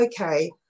okay